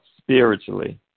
spiritually